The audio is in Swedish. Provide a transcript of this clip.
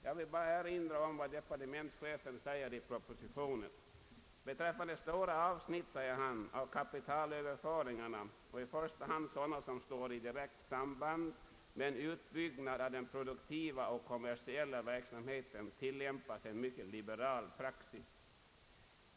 Jag vill endast erinra om vad departementschefen säger i propositionen. Beträffande stora avsnitt, säger han, av kapitalöverföringarna, och i första hand sådana som står i direkt samband med en utbyggnad av den produktiva och kommersiella verksamheten tillämpas en mycket liberal praxis.